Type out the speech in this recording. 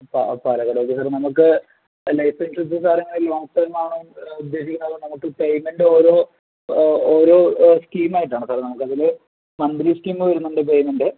പാലക്കാട് എവിടെയാണ് സാറേ നമുക്ക് ലൈഫ് ഇൻഷുറൻസും കാര്യങ്ങളും ലോങ്ങ് ടേമാണോ ഉദ്ദേശിക്കണത് അതോ നമുക്ക് പേയ്മെൻ്റ് ഓരോ ഒരോ സ്കീം ആയിട്ടാണ് സാറെ നമ്മൾക്കതിൽ മന്ത്ലി സ്കീം വരുന്നുണ്ട് പേയ്മെൻ്റ്